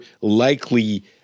likely